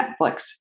Netflix